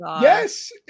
Yes